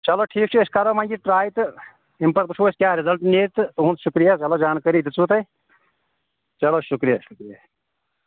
چلو ٹھیٖک چھُ أسۍ کَرو وۄنۍ یہِ ٹراے تہٕ اَمہِ پَتہٕ وٕچھو أسۍ کیٛاہ رِزَلٹ نیرِ تہٕ تُہند شُکریا چلو جانکٲری دِژوٕ تۄہہِ چلو شُکریا شُکریا